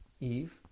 Eve